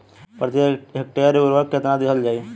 प्रति हेक्टेयर उर्वरक केतना दिहल जाई?